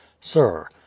sir